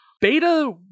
Beta